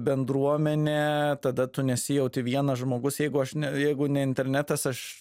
bendruomenę tada tu nesijauti vienas žmogus jeigu aš ne jeigu ne internetas aš